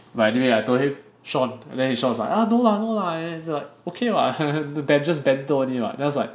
but anyway I told him Sean and then he Sean was like ah no lah no lah okay [what] I heard the banter just banter only [what] then I was like